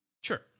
sure